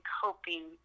coping